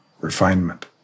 refinement